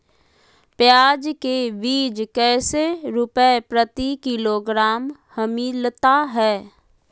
प्याज के बीज कैसे रुपए प्रति किलोग्राम हमिलता हैं?